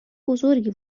بزرگی